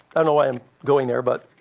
i don't know why i'm going there, but